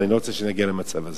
ואני לא רוצה שנגיע למצב הזה.